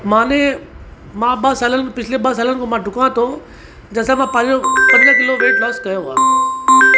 माने मां ॿ सालनि पिछले ॿ सालनि खां मां ढुकां थो जंहिं सां मां पंहिंजो पंज किलो वेट लॉस कयो आहे